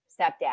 stepdad